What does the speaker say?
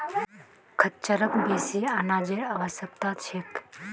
खच्चरक बेसी अनाजेर आवश्यकता ह छेक